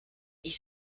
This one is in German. ich